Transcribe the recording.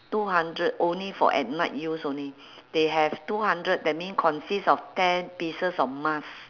two hundred only for at night use only they have two hundred that mean consist of ten pieces of mask